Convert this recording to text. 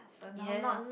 yes